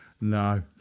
No